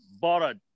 bought